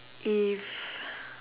if